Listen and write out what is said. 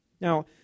Now